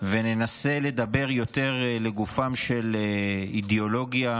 וננסה לדבר יותר לגופה של אידיאולוגיה,